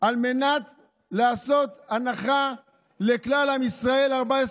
על מנת לעשות הנחה לכלל עם ישראל במים,